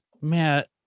Matt